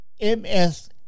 MS